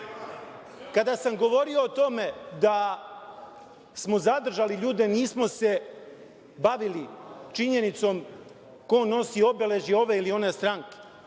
Gde? Kada sam govorio o tome da smo zadržali ljude, nismo se bavili činjenicom ko nosi obeležje ove ili one stranke,